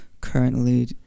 currently